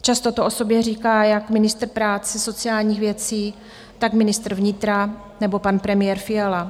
Často to o sobě říká jak ministr práce a sociálních věcí, tak ministr vnitra nebo pan premiér Fiala.